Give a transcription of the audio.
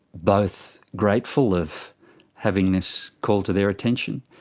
both grateful of having this called to their attention.